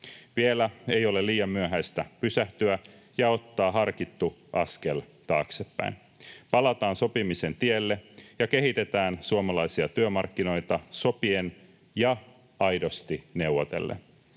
Vielä ei ole liian myöhäistä pysähtyä ja ottaa harkittu askel taaksepäin. Palataan sopimisen tielle ja kehitetään suomalaisia työmarkkinoita sopien ja aidosti neuvotellen.